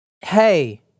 Hey